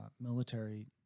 military